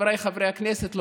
חבריי חברי הכנסת,